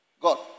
God